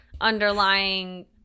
underlying